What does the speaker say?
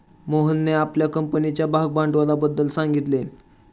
मोहनने आपल्या कंपनीच्या भागभांडवलाबद्दल सांगितले